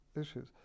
issues